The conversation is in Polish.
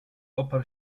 oparł